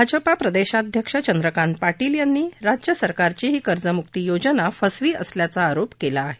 भाजपा प्रदेशाध्यक्ष चंद्रकांत पाटील यांनी राज्यसरकारची ही कर्जम्क्ती योजना फसवी असल्याचा आरोप केला आहे